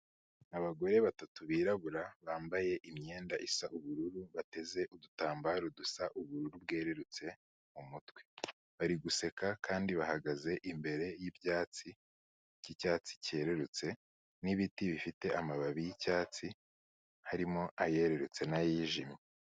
Abagore batatu birabura bambaye imyenda isa ubururu, bateze udutambaro dusa ubururu bwerurutse mu mutwe, bari guseka kandi bahagaze imbere y'ibyatsi cy'icyatsi cyerurutse n'ibiti bifite amababi y'icyatsi, harimo ayerurutse na yijimye.